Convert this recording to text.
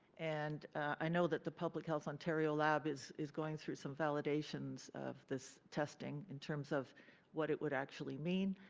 and i know that the public health ontario lab is is going through some validations of this testing in terms of what it would actually mean.